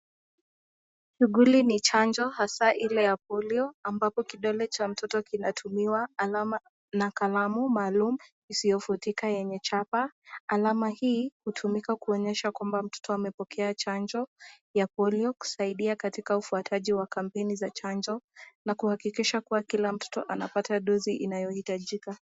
Shuguli ni chanjo hasa ile ya polio ambapo kidole cha mtoto kinatumiwa alama na kalamu maalum isiyofutika yenye chapa .Alama hii hutumika kuonyesha kwamba mtoto amepokea chanjo ya polio kusaidia katika ufuataji wa kampeni za chanjo na kuhakikisha kuwa kila mtoto anapata dozi inayohitajika.